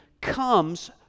comes